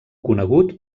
conegut